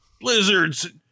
blizzards